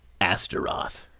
Asteroth